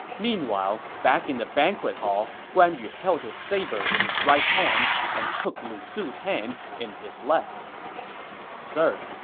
meanwhile, back in the banquet hall, guan yu held his saber in his right hand and took lu su's hand in his left sir,